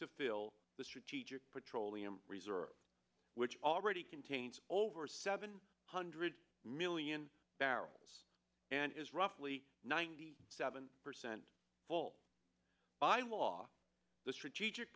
to fill the strategic petroleum reserve which already contains over seven hundred million barrels and is roughly ninety seven percent full by law the strategic